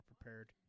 prepared